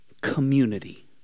community